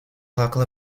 local